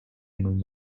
and